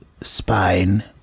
spine